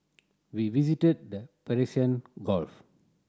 we visited the Gulf